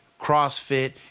CrossFit